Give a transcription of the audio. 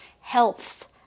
Health